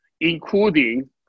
including